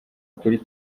kuri